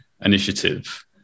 initiative